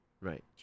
Right